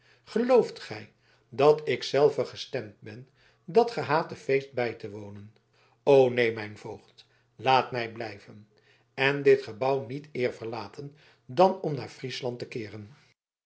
gelooft gij dat ik zelve gestemd ben dat gehate feest bij te wonen o neen mijn voogd laat mij blijven en dit gebouw niet eer verlaten dan om naar friesland te keeren